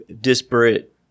disparate